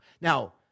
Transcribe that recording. Now